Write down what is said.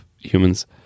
humans